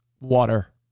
water